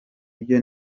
byo